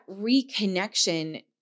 reconnection